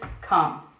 come